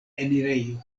enirejo